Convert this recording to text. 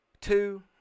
two